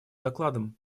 докладом